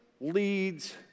leads